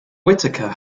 whitaker